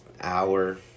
hour